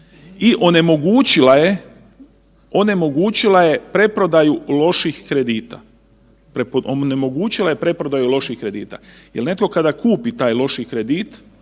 uvela je dodatne nadzore i onemogućila je preprodaju loših kredita. Jel neko kada kupi taj loši kredit